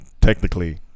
technically